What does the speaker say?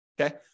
okay